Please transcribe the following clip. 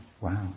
Wow